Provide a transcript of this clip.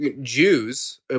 Jews